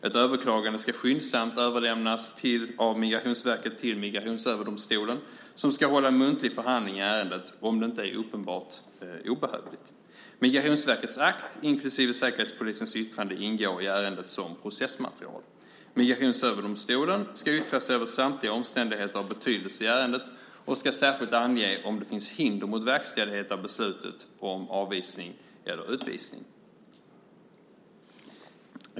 Ett överklagande ska skyndsamt överlämnas av Migrationsverket till Migrationsöverdomstolen, som ska hålla muntlig förhandling i ärendet, om det inte är uppenbart obehövligt. Migrationsverkets akt inklusive Säkerhetspolisens yttrande ingår i ärendet som processmaterial. Migrationsöverdomstolen ska yttra sig över samtliga omständigheter av betydelse i ärendet och ska särskilt ange om det finns hinder mot verkställighet av beslutet om avvisning eller utvisning.